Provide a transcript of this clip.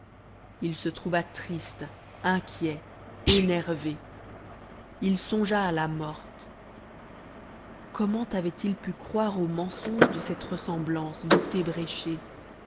il se trouva triste inquiet énervé il songea à la morte comment avait-il pu croire au mensonge de cette ressemblance vite